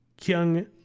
Kyung